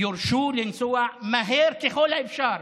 יורשו לנסוע מהר ככל האפשר,